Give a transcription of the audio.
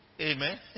Amen